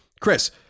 Chris